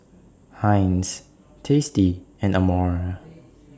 Heinz tasty and Amore